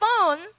phone